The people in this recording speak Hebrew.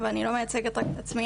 אבל אני לא מייצגת רק את עצמי.